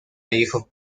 hijo